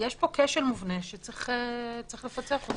יש פה כשל מובנה שצריך לפצח אותו.